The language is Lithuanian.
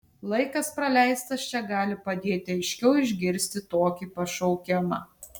laikas praleistas čia gali padėti aiškiau išgirsti tokį pašaukimą